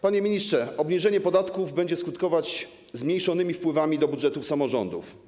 Panie ministrze, obniżenie podatków będzie skutkować zmniejszonymi wpływami do budżetów samorządów.